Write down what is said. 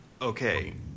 Okay